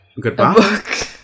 Goodbye